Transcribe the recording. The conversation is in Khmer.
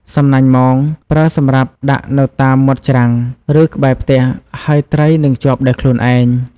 សំណាញ់មង ប្រើសម្រាប់ដាក់នៅតាមមាត់ច្រាំង ឬក្បែរផ្ទះ ហើយត្រីនឹងជាប់ដោយខ្លួនឯង។